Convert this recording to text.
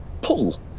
Pull